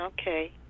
okay